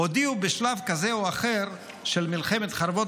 הודיעו בשלב כזה או אחר של מלחמת חרבות